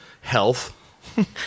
health